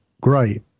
great